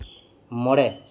ᱢᱚᱬᱮ